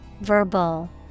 Verbal